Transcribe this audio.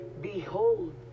Behold